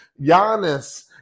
Giannis